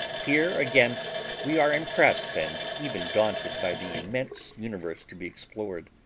here again we are impressed and even daunted by the immense universe to be explored.